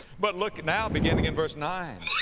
but look now beginning in verse nine,